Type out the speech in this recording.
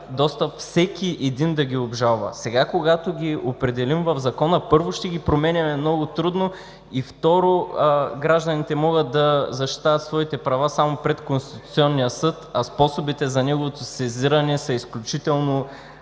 достъп всеки един да ги обжалва. Сега, когато ги определим в Закона, първо ще ги променяме много трудно, и, второ, гражданите могат да защитават своите права само пред Конституционния съд, а способите за неговото сезиране са изключително